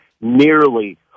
nearly